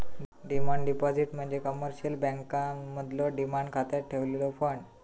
demand deposit म्हणजे commercial बँकांमधलो demand खात्यात ठेवलेलो फंड